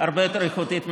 הרבה יותר איכותית ממני.